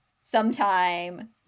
sometime